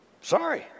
Sorry